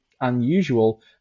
unusual